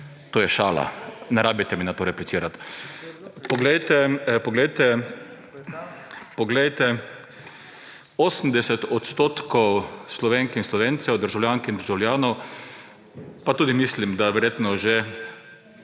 To je šala. Ne rabite mi na to replicirati. Poglejte, 80 % Slovenk in Slovencev, državljank in državljanov, pa mislim, da verjetno že